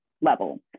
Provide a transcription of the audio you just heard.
level